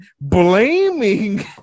Blaming